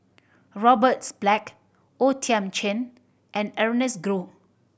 Roberts Black O Thiam Chin and Ernest Goh